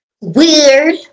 weird